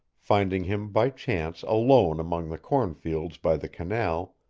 finding him by chance alone among the cornfields by the canal,